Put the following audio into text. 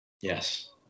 Yes